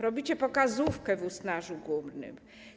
Robicie pokazówkę w Usnarzu Górnym.